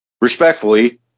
respectfully